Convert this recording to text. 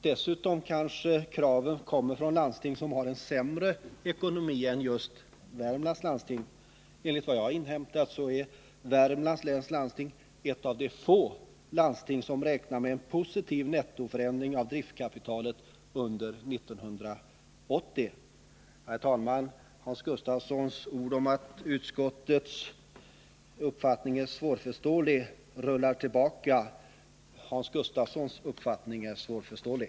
Dessutom kanske kraven kommer från landsting som har en sämre ekonomi än just Värmlands läns landsting. Enligt vad jag inhämtat är Värmlands läns landsting ett av de få landsting som räknar med en positiv Herr talman! Hans Gustafssons ord om att utskottets uppfattning är svårförståelig rullar tillbaka. Hans Gustafssons uppfattning är svårförståelig.